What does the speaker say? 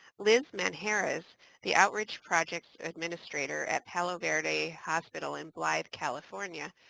liz manjarrez, the outreach projects administrator at palo verde hospital in blythe, california,